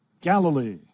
Galilee